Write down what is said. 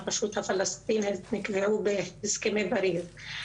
הרשות הפלסטינית נקבעו בהסכמי פריז,